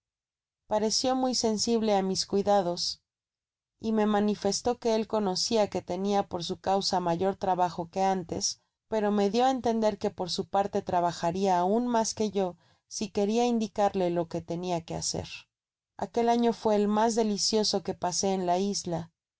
parecio muy sensible á mis cuidados y me manifestó que él conocia que tenia por su causa mayor trabajo que antes pero me did á entender que por su parte trabajaria aun mas que yo si queria indicarle lo que tenia que hacer aquel año fué el mas delicioso que pasé en la isla